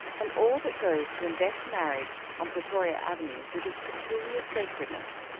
and all that goes to invest marriage on plutoria avenue with its peculiar sacredness.